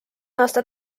aasta